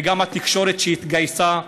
וגם התקשורת התגייסה.